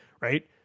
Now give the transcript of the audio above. right